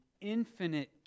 infinite